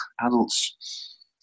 adults